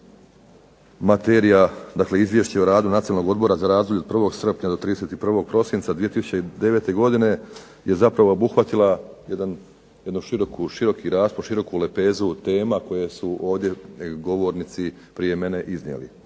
Izvješće o radu Nacionalnog odbora za razdoblje od 01. srpnja do 31. prosinca 2009. godine je zapravo obuhvatila jedan široki raspon, široku lepezu tema koje su ovdje govornici prije mene iznijeli.